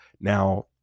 Now